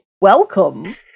welcome